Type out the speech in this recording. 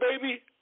baby